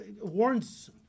warns